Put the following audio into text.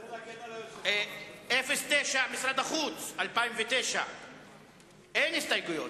סעיף 09, משרד החוץ, לשנת 2009. אין הסתייגויות.